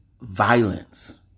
violence